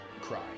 cry